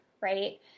right